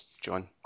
John